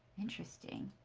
interesting.